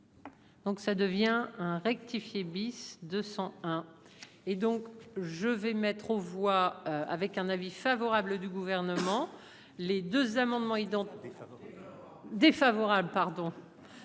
Donc ça devient un rectifier bis 200 hein et donc je vais mettre aux voix avec un avis favorable du gouvernement. Les 2 amendements identiques.